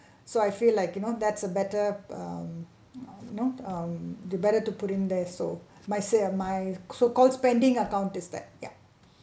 so I feel like you know that's a better you know um to better to put in there so my say ah my so called spending account is that ya